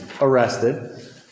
arrested